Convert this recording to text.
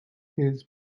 his